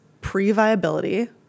pre-viability